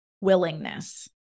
willingness